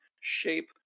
shape